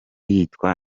yitwa